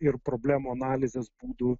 ir problemų analizės būdų